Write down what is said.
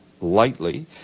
lightly